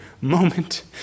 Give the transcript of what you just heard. moment